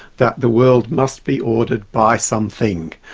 that the world must be ordered by some thing.